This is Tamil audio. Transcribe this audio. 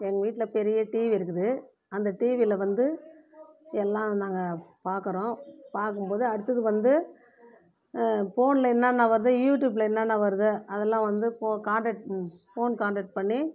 எங்கள் வீட்டில் பெரிய டிவி இருக்குது அந்த டிவியில் வந்து எல்லாம் நாங்கள் பார்க்குறோம் பார்க்கும் போது அடுத்தது வந்து ஃபோனில் என்னென்ன வருது யூடியூப்பில் என்னென்ன வருது அதெல்லாம் வந்து கான்டெக்ட் ஃபோன் கான்டெக்ட் பண்ணி